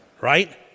Right